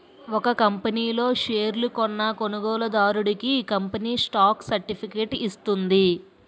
ఒక కంపనీ లో షేర్లు కొన్న కొనుగోలుదారుడికి కంపెనీ స్టాక్ సర్టిఫికేట్ ఇస్తుంది